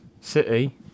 City